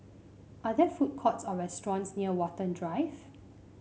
are there food courts or restaurants near Watten Drive